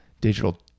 digital